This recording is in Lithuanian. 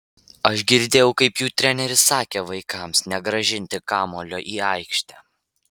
aš girdėjau kaip jų treneris sakė vaikams negrąžinti kamuolio į aikštę